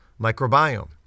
microbiome